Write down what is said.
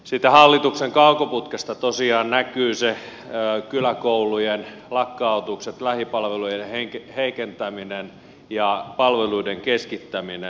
siitä hallituksen kaukoputkesta tosiaan näkyvät kyläkoulujen lakkautukset lähipalveluiden heikentäminen ja palveluiden keskittäminen